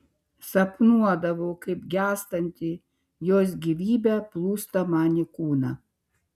sapnuodavau kaip gęstanti jos gyvybė plūsta man į kūną